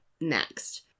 next